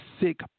sick